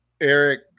Eric